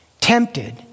tempted